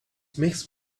makes